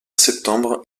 septembre